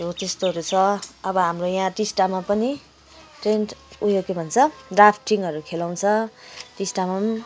हो त्यस्तोहरू छ अब हाम्रो यहाँ टिस्टामा पनि टेन्ट उयो के भन्छ राफ्टिङहरू खेलाउँछ टिस्टामा पनि